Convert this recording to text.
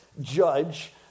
judge